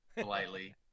politely